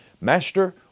Master